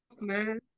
man